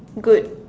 good